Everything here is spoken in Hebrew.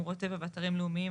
שמורות טבע ואתרים לאומיים,